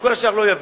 וכל השאר לא יביאו.